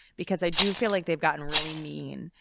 because i do feel like they've gotten really mean.